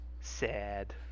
Sad